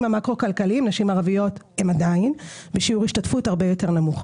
המקרו כלכליים הנשים הערביות הן עדיין בשיעור השתתפות הרבה יותר נמוך.